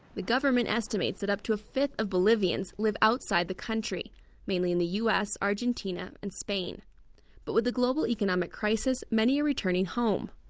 the government estimates that up to a fifth of bolivians live outside the country mainly in the u s, argentina and spain but with the global economic crisis, many are returning home.